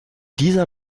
dieser